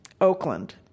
Oakland